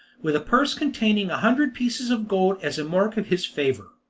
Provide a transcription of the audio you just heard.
with a purse containing a hundred pieces of gold as a mark of his favour.